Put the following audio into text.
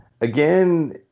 again